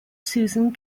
susan